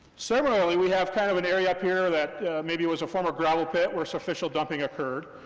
similarly, we have kind of an area up here that maybe was a former gravel pit, where surficial dumping occurred,